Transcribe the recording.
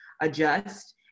adjust